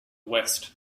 west